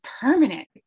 permanent